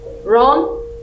Ron